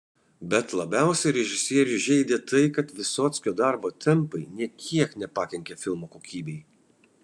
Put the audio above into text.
bet labiausiai režisierių žeidė tai kad vysockio darbo tempai nė kiek nepakenkė filmo kokybei